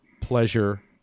pleasure